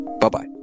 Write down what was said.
Bye-bye